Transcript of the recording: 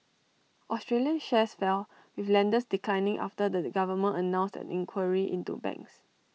Australian shares fell with lenders declining after the government announced an inquiry into banks